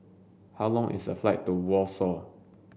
how long is a flight to Warsaw